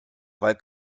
weil